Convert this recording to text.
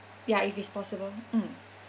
ya if it's possible mm